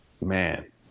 man